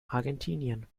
argentinien